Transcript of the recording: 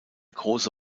große